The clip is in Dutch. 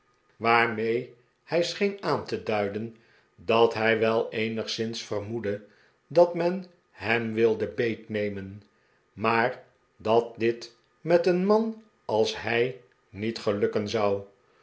mee hij scheen a an te duiden dat hij wel eenigszins vermoedde dat men hem wilde beetnemen maar dat dit met een man als hij niet gelukken zou